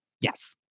yes